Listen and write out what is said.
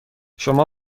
شما